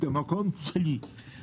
את המקום שלי.